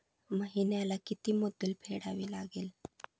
महिन्याला किती मुद्दल फेडावी लागेल?